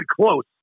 close